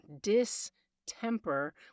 distemper